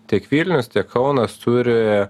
tiek vilnius kaunas turi